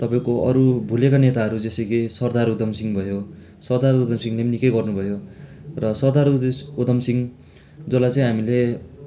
तपाईँको अरू भुलेका नेताहरू जैसे कि सरदार उदमसिंह भयो सरदार उदमसिंहले पनि निकै गर्नु भयो र सरदार उदय उदमसिंह जसलाई चाहिँ हामीले